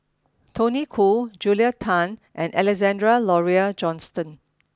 Tony Khoo Julia Tan and Alexander Laurie Johnston